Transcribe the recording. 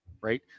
right